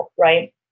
right